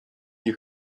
nie